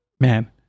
man